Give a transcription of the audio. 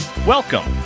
Welcome